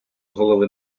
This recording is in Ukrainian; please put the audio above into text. голови